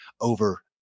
over